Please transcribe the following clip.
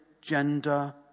gender